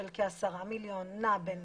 שנע בין